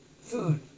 food